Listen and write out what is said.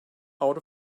out